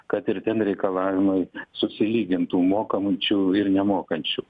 kad ir ten reikalavimai susilygintų mokančių ir nemokančių